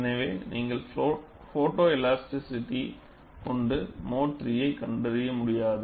எனவே நீங்கள் போட்டோஎலாஸ்டிசிடி கொண்டு மோடு III யை கண்டறிய முடியாது